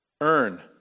earn